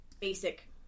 basic